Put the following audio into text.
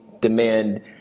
demand